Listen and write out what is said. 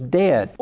dead